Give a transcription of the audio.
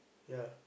yea